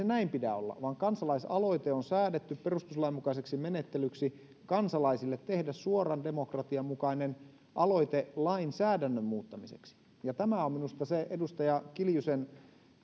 näin pidä olla vaan kansalaisaloite on säädetty perustuslain mukaiseksi menettelyksi kansalaisille tehdä suoran demokratian mukainen aloite lainsäädännön muuttamiseksi ja tämä on minusta se edustaja kiljusen